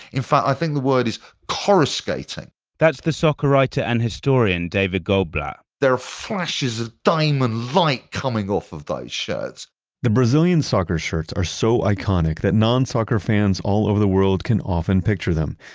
in fact, i think the word is coruscating that's the soccer writer and historian, david goldblatt there are flashes of diamond light coming off of those shirts the brazilian soccer shirts are so iconic that non-soccer fans all over the world can often picture them,